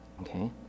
okay